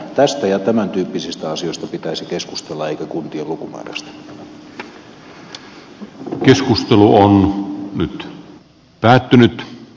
tästä ja tämäntyyppisistä asioista pitäisi keskustella eikä kuntien lukumäärästä